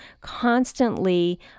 constantly